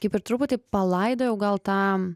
kaip ir truputį palaidojau gal tą